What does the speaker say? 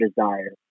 desire